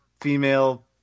female